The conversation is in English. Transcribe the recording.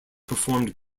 performed